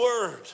word